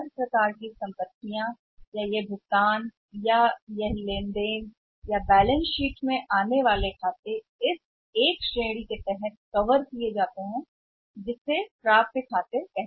तो इन परिसंपत्तियों या इन भुगतानों या इन लेनदेन या खातों के सभी प्रकार बैलेंस शीट में दिखाई देना या एक श्रेणी के तहत कवर किया जाता है जिसे नीचे कहा जाता है प्राप्य खाते